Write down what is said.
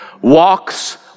walks